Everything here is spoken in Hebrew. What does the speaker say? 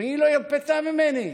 והיא לא הרפתה ממני,